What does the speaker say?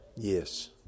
Yes